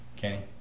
Okay